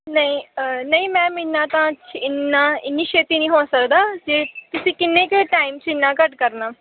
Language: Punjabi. ਨਹੀਂ ਨਹੀਂ ਮੈਮ ਇੰਨਾ ਤਾਂ ਇੰਨਾ ਇੰਨੀ ਛੇਤੀ ਨਹੀਂ ਹੋ ਸਕਦਾ ਜੇ ਤੁਸੀਂ ਕਿੰਨੇ ਕੁ ਟਾਈਮ ਕਿੰਨਾ ਘੱਟ ਕਰਨਾ